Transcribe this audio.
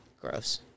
Gross